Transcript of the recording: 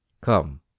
Come